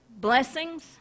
blessings